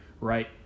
Right